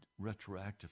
retroactively